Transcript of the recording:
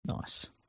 Nice